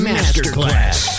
Masterclass